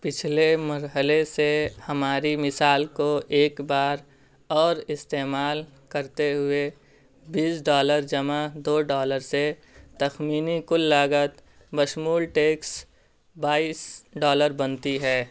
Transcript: پچھلے مرحلے سے ہماری مثال کو ایک بار اور استعمال کرتے ہوئے بیس ڈالر جمع دو ڈالر سے تخمینی کل لاگت بشمول ٹیکس بائیس ڈالر بنتی ہے